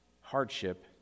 hardship